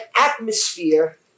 atmosphere